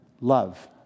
love